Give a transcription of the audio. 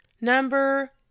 Number